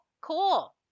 cool